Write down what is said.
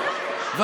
שנה?